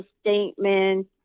statement